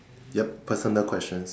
yup personal questions